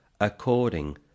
According